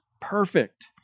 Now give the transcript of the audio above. perfect